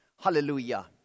Hallelujah